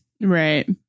right